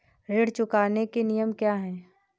ऋण चुकाने के नियम क्या हैं?